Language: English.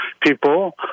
people